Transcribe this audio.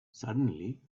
suddenly